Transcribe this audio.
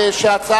יצביע.